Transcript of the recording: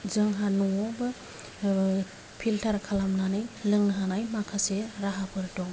जोंहा न'वावबो फिल्टार खालामनानै लोंहोनाय माखासे राहाफोर दं